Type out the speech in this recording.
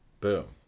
Boom